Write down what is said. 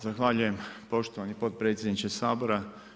Zahvaljujem poštovani potpredsjedniče Sabora.